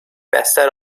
بستر